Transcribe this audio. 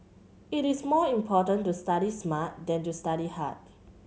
it is more important to study smart than to study hard